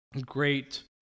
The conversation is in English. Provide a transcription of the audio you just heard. Great